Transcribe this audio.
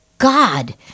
God